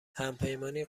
همپیمانی